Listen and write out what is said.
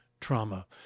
trauma